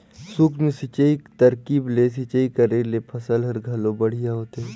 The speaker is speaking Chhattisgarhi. सूक्ष्म सिंचई तरकीब ले सिंचई करे ले फसल हर घलो बड़िहा होथे